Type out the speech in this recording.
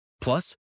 Plus